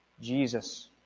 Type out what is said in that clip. Jesus